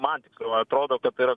man tiksliau atrodo kad tai yra